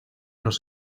los